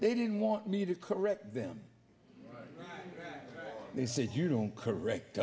they didn't want me to correct them they said you don't correct